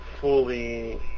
fully